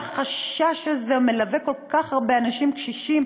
והחשש הזה מלווה כל כך הרבה אנשים קשישים,